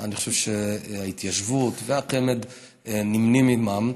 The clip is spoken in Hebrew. ואני חושב שההתיישבות והחמ"ד נמנים עימן.